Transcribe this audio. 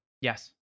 Yes